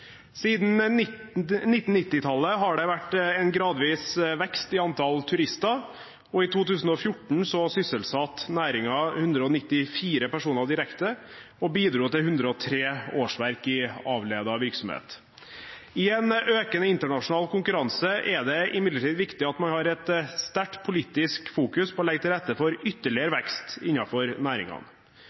Siden 1990-tallet har det vært en gradvis vekst i antall turister. I 2014 sysselsatte reiselivsnæringen 194 personer direkte og bidro til 103 årsverk i avledet virksomhet. I en økende internasjonal konkurranse er det imidlertid viktig at man politisk fokuserer sterkt på å legge til rette for ytterligere vekst